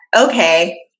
okay